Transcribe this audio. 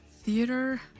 theater